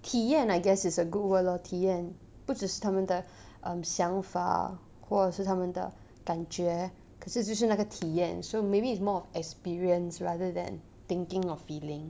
体验 I guess it's a good way loh 体验不只是他们的想法或是他们的感觉可是就是那个体验 so maybe it's more of experience rather than thinking or feeling